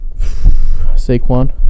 Saquon